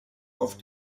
auf